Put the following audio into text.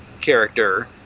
character